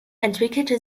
entwickelte